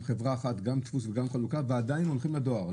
גם דפוס גם חלוקה ועדיין הולכים לדואר.